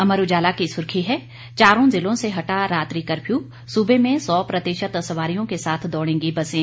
अमर उजाला की सुर्खी है चारों जिलों से हटा रात्रि कफ्र्य सूबे में सौ प्रतिशत सवारियों के साथ दौड़ेंगी बसें